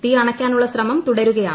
തീ അണയ്ക്കാനുള്ള ശ്രമം തുടരുകയാണ്